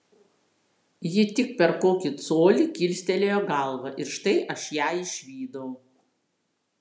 ji tik per kokį colį kilstelėjo galvą ir štai aš ją išvydau